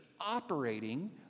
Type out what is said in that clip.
operating